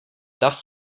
dav